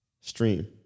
stream